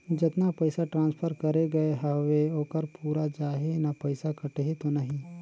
जतना पइसा ट्रांसफर करे गये हवे ओकर पूरा जाही न पइसा कटही तो नहीं?